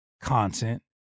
content